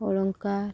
ଅଳଙ୍କାର